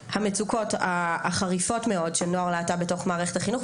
המצוקות החריפות מאוד של נוער להט"ב בתוך מערכת החינוך,